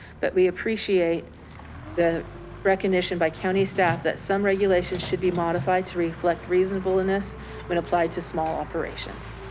but we appreciate the recognition by county staff that some regulations should be modified to reflect reasonableness when applied to small operations.